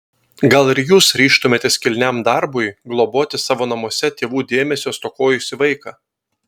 gal ir jūs ryžtumėtės kilniam darbui globoti savo namuose tėvų dėmesio stokojusį vaiką